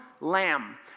Lamb